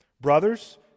Brothers